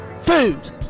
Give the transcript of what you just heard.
food